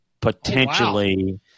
potentially